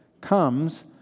comes